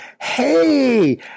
hey